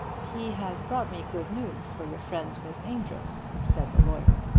he has brought me good news for your friend, miss amedroz, said the lawyer.